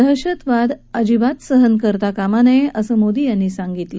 दहशतवाद अजिबात सहन करता कामा नये असं मोदी यांनी सांगितलं